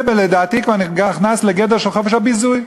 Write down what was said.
זה, לדעתי, כבר נכנס לגדר של חופש הביזוי.